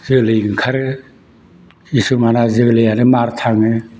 जोलै ओंखारो किसुमाना जोलैयानो मार थाङो